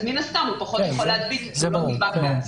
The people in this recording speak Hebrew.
אז מן הסתם הוא פחות יכול להדביק ולא נדבק בעצמו.